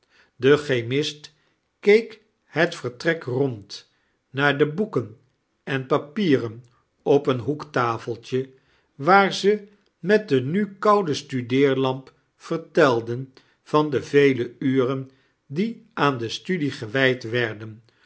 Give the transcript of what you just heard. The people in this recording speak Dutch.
de chemist keek het vertrek rond naar de boeken en papierea op een hoektafeltje waar ze met de nu koude studeerlamp verte-lden van de vele uren die aan de studie gewijd werden